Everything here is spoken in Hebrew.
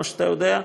כפי שאתה יודע,